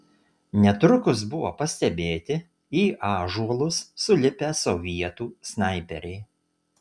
netrukus buvo pastebėti į ąžuolus sulipę sovietų snaiperiai